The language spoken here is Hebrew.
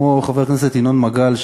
כמו חבר הכנסת ינון מגל,